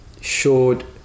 showed